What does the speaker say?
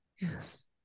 Yes